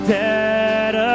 dead